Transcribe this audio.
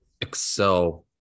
excel